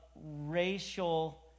racial